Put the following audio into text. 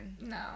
No